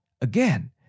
again